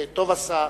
וטוב עשה,